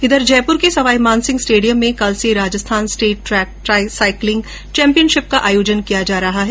इधर जयपुर के सवाईमानसिंह स्टेडियम में कल से Rajasthan state track cycling championship का आयोजन किया जा रहा है